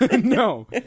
no